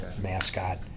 mascot